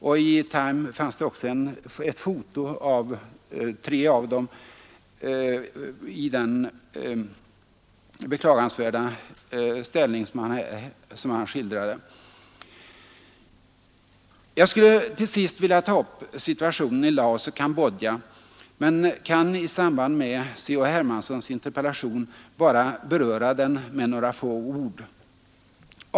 I Time fanns också ett foto av tre av dem i den beklagansvärda ställning som han skildrade. Jag skulle till sist ha velat ta upp situationen i Laos och Kambodja men kan i samband med C.-H. Hermanssons interpellation bara beröra den med några få ord.